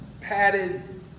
padded